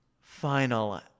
final